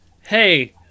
hey